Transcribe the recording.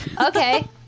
okay